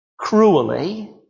Cruelly